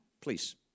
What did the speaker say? Please